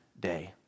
day